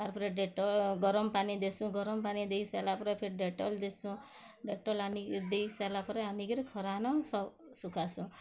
ତା'ପରେ ଗରମ୍ ପାଣି ଦେସୁଁ ଗରମ୍ ପାଣି ଦେଇସାଇଲା ପରେ ଫିର୍ ଡ଼େଟଲ୍ ଦେସୁଁ ଡ଼େଟଲ୍ ଆନି ଦେଇସାଇଲା ପରେ ଆନିକିରି ଖରା ନ ସବ୍ ସୁକାସୁଁ